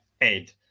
Ed